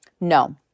No